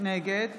נגד